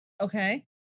Okay